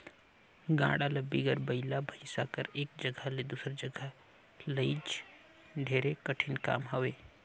गाड़ा ल बिगर बइला भइसा कर एक जगहा ले दूसर जगहा लइजई ढेरे कठिन काम हवे